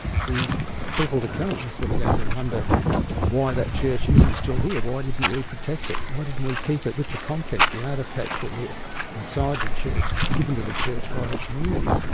the people to come are ah sort of going to wonder why that church isn't still here. why didn't we protect it? why didn't we keep it with the contents, the artefacts that were inside the church, given to the church by the community?